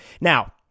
Now